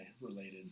related